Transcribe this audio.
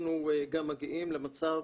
אנחנו גם מגיעים למצב